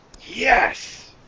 yes